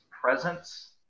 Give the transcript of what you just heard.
presence